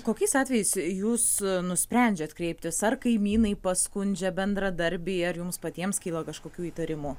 kokiais atvejais jūs nusprendžiat kreiptis ar kaimynai paskundžia bendradarbiai ar jums patiems kyla kažkokių įtarimų